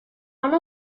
one